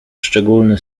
szczególny